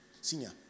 Senior